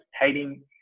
hating